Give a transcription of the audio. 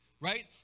Right